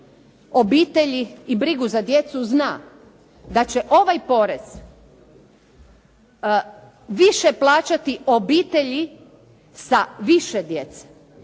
obitelji i brigu za djecu zna da će ovaj porez više plaćati obitelji sa više djece,